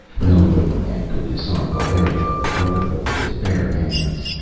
no living man could disarm valeria of the brotherhood with his bare hands.